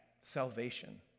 salvation